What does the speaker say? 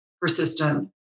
persistent